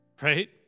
Right